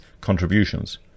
contributions